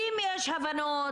אם יש הבנות,